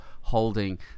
holding